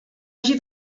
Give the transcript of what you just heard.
hagi